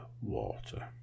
water